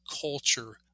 culture